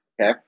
okay